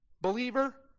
believer